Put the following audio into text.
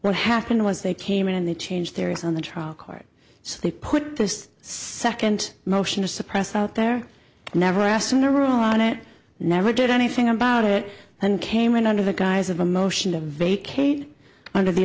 what happened was they came in and they changed theories on the trial court so they put this second motion to suppress out there never asked him to rule on it never did anything about it and came in under the guise of a motion to vacate under the